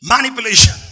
Manipulation